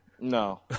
No